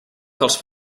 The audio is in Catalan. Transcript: els